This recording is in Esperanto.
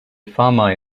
famaj